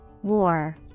War